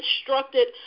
instructed